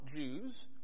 Jews